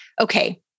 okay